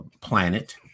planet